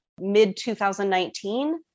mid-2019